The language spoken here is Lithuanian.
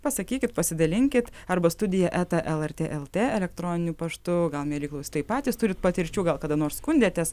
pasakykit pasidalinkit arba studija eta lrt lt elektroniniu paštu gal mieli klausytojai patys turit patirčių gal kada nors skundėtės